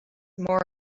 more